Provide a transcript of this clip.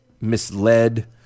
misled